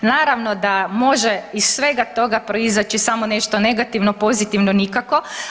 Naravno da može iz svega toga proizaći samo nešto negativno, pozitivno nikako.